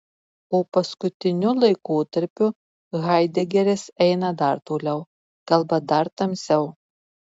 o paskutiniu laikotarpiu haidegeris eina dar toliau kalba dar tamsiau